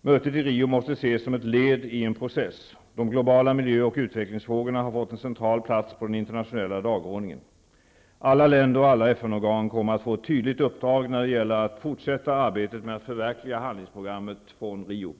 Mötet i Rio måste ses som ett led i en process. De globala miljö och utvecklingsfrågorna har fått en central plats på den internationella dagordningen. Alla länder och alla FN-organ kommer att få ett tydligt uppdrag när det gäller att fortsätta arbetet med att förverkliga handlingsprogrammet från Rio.